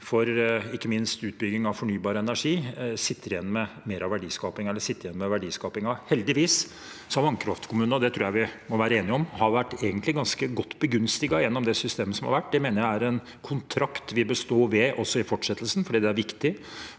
ikke minst for utbygging av fornybar energi, sitter igjen med mer av verdiskapingen. Heldigvis har vannkraftkommunene – og det tror jeg vi må være enige om – vært ganske godt begunstiget gjennom det systemet som har vært. Det mener jeg er en kontrakt vi bør stå ved også i fortsettelsen, for det er viktig